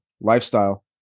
lifestyle